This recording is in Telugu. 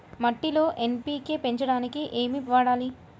మట్టిలో ఎన్.పీ.కే పెంచడానికి ఏమి వాడాలి?